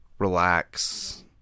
Relax